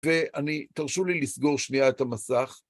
ואני, תרשו לי לסגור שנייה את המסך.